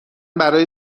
برای